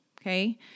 okay